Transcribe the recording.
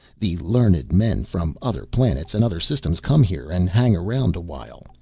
the learned men from other planets and other systems come here and hang around a while,